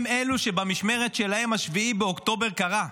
הם אלו שבמשמרת שלהם 7 באוקטובר קרה.